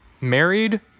married